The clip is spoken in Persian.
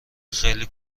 خیلی